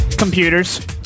Computers